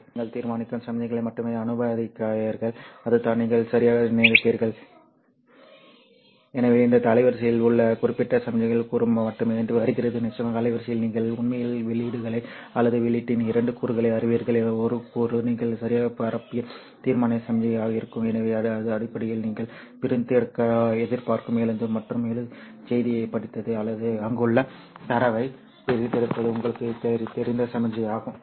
எனவே நீங்கள் தீர்மானிக்கும் சமிக்ஞையை மட்டுமே அனுமதிக்கிறீர்கள் அதுதான் நீங்கள் சரியாக நினைப்பீர்கள் எனவே இந்த அலைவரிசையில் உள்ள குறிப்பிட்ட சமிக்ஞை கூறு மட்டுமே வருகிறது நிச்சயமாக அலைவரிசையில் நீங்கள் உண்மையில் வெளியீடுகளை அல்லது வெளியீட்டின் இரண்டு கூறுகளை அறிவீர்கள் ஒரு கூறு நீங்கள் சரியாகப் பரப்பிய தீர்மான சமிக்ஞையாக இருக்கும் எனவே இது அடிப்படையில் நீங்கள் பிரித்தெடுக்க எதிர்பார்க்கும் எழுத்து மற்றும் செய்தியைப் படித்தது அல்லது அங்குள்ள தரவைப் பிரித்தெடுப்பது உங்களுக்குத் தெரிந்த சமிக்ஞையாகும்